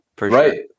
Right